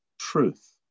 truth